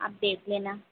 आप देख लेना